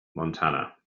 montana